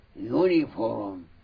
uniform